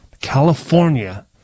california